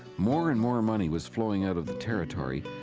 more and more money was flowing out of the territory,